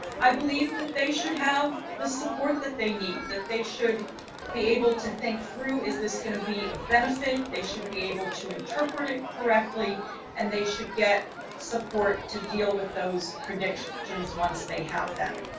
i believe that they should have the support that they need that they should be able to think through is this going to be of benefit, they should be able to interpret it correctly and they should get support to deal with those predictions once they have them.